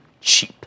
cheap